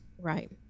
right